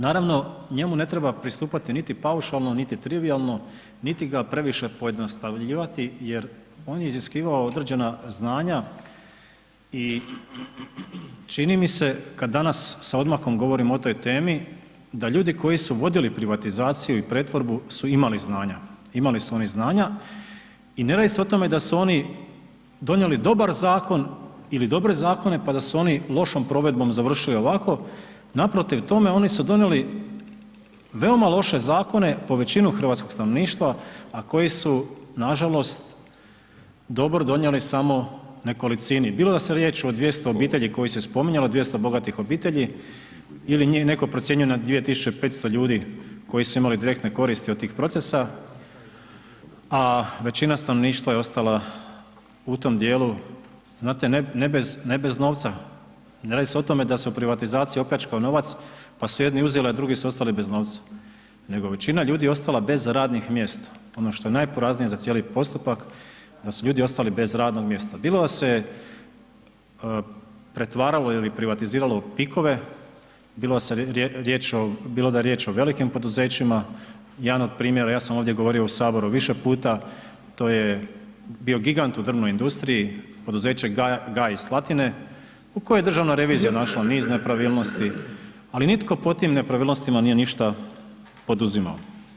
Naravno, njemu ne treba pristupati niti paušalno, niti trivijalno, niti ga previše pojednostavljivati jer on je iziskivao određena znanja i čini mi se kad danas sa odmakom govorim o toj temi, da ljudi koji su vodili privatizaciju i pretvorbu su imali znanja, imali su oni znanja i ne radi se o tome da su oni donijeli dobar zakon ili dobre zakone, pa da su oni lošom provedbom završili ovako, naprotiv tome, oni su donijeli veoma loše zakone po većinu hrvatskog stanovništva, a koji su nažalost dobro donijeli samo nekolicini, bilo da je riječ o 200 obitelji koji se spominjalo, 200 bogatih obitelji ili njih netko procjenjuje na 2500 ljudi koji su imali direktne koristi od tih procesa, a većina stanovništva je ostala u tom dijelu, znate ne bez novca, ne radi se o tome da se u privatizaciji opljačkao novac, pa su jedni uzeli, a drugi su ostali bez novca, nego većina ljudi je ostala bez radnih mjesta, ono što je najporaznije za cijeli postupak, da su ljudi ostali bez radnog mjesta, bilo da se pretvaralo ili privatiziralo u PIK-ove, bilo da je riječ o velikim poduzećima, jedan od primjera, ja sam ovdje govorio u HS više puta, to je bio gigant u drvnoj industriji, poduzeće Gaj iz Slatine u kojoj je državna revizija našla niz nepravilnosti, ali nitko po tim nepravilnostima nije ništa poduzimao.